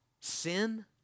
Sin